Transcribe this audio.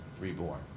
reborn